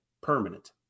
permanent